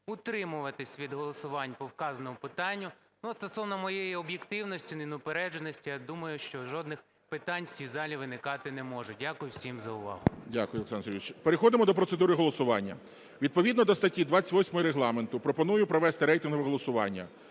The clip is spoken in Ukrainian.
утримуватися від голосувань по вказаному питанню. Стосовно моєї об'єктивності, неупередженості, я думаю, що жодних питань у цій залі виникати не може. Дякую всім за увагу. ГОЛОВУЮЧИЙ. Дякую, Олександр Сергійович. Переходимо до процедури голосування. Відповідно до статті 28 Регламенту пропоную провести рейтингове голосування.